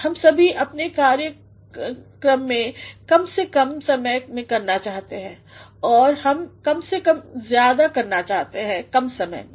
हम सभी अपना कार्य कम से कम समय में करना चाहते हैं और हम कम ज्यादा करना चाहते हैं कमसमय में